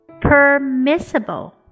Permissible